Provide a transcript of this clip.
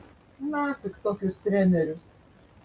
nafik tokius trenerius